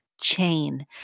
chain